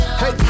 hey